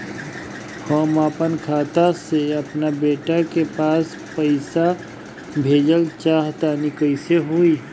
हम आपन खाता से आपन बेटा के पास पईसा भेजल चाह तानि कइसे होई?